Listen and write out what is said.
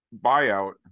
buyout